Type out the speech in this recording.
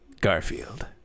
Garfield